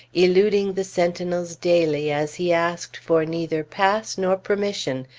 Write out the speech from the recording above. eluding the sentinels daily as he asked for neither pass nor permission,